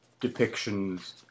depictions